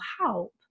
help